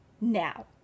now